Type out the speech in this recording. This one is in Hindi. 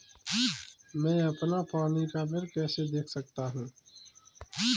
मैं अपना पानी का बिल कैसे देख सकता हूँ?